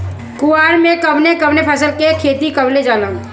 कुवार में कवने कवने फसल के खेती कयिल जाला?